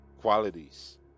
qualities